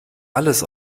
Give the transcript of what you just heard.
alles